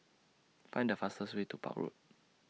Find The fastest Way to Park Road